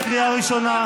לסגן ראש הממשלה.